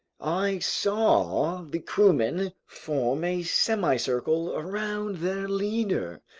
i saw the crewmen form a semicircle around their leader.